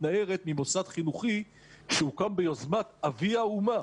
מתנערת ממוסד חינוכי שהוקם ביוזמת אבי האומה,